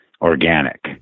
organic